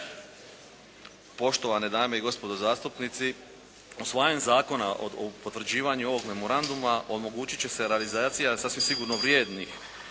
Poštovane dame i gospodo zastupnici, usvajanjem zakona o potvrđivanju ovog memoranduma omogućit će se realizacija sasvim sigurno vrijednih